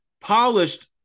polished –